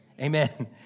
Amen